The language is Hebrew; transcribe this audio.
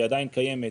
והיא עדיין קיימת,